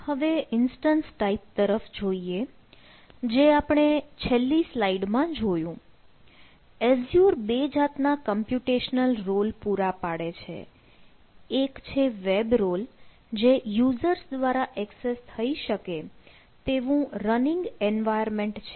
હવે instance type role પૂરા પાડે છે એક છે વેબ રોલ જે યુઝર્સ દ્વારા એક્સેસ થઈ શકે તેવું રનીંગ એન્વાયરમેન્ટ છે